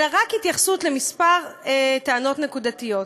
אלא יש התייחסות רק לכמה טענות נקודתיות.